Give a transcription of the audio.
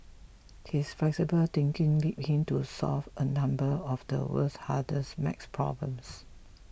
his flexible thinking led him to solve a number of the world's hardest math problems